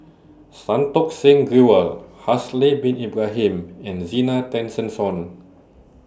Santokh Singh Grewal Haslir Bin Ibrahim and Zena Tessensohn